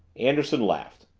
anderson laughed.